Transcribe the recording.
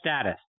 status